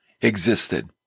existed